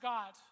God